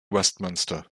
westminster